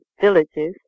villages